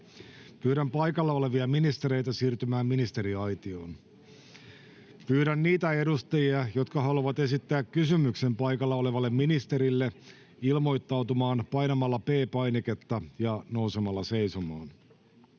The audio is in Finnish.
Pyydän paikalla olevia ministereitä siirtymään ministeriaitioon. Pyydän niitä edustajia, jotka haluavat esittää kysymyksen paikalla olevalle ministerille, ilmoittautumaan painamalla P-painiketta ja nousemalla seisomaan.